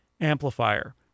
Amplifier